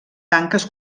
tanques